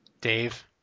Dave